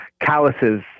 calluses